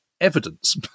evidence